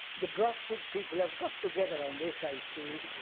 the brockwood people have got together on this, i see.